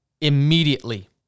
immediately